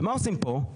ומה עושים פה?